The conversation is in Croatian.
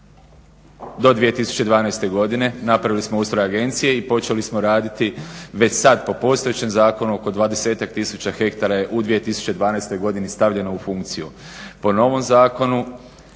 do 2012. godine, napravili smo ustroj agencije i počeli smo raditi već sad po postojećem zakonu oko 20-ak tisuća hektara je u 2012. godini stavljeno u funkciju. Po novom zakonu